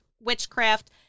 witchcraft